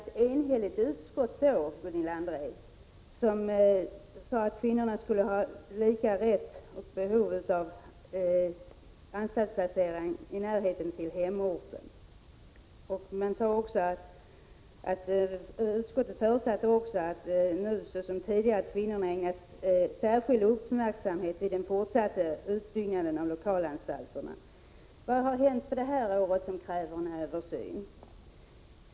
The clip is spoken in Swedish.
Ett enhälligt utskott sade då att kvinnorna skulle ha samma rätt som männen till anstaltsplacering i närheten av hemorten. Utskottet förutsatte också att kvinnorna ägnas särskild uppmärksamhet vid den fortsatta utbyggnaden av lokalanstalterna. Vad har hänt under detta år som kräver en översyn?